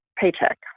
paycheck